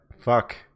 Fuck